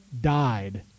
died